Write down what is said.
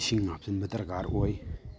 ꯏꯁꯤꯡ ꯍꯥꯞꯆꯤꯟꯕ ꯗꯔꯀꯥꯔ ꯑꯣꯏ